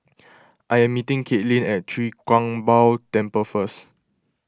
I am meeting Kaitlyn at Chwee Kang Beo Temple first